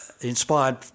inspired